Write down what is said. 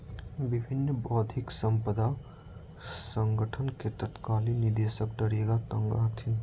विश्व बौद्धिक साम्पदा संगठन के तत्कालीन निदेशक डारेंग तांग हथिन